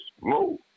Move